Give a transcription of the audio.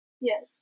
Yes